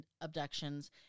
abductions